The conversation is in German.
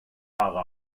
mara